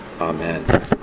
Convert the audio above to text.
Amen